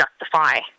justify